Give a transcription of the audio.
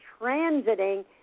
transiting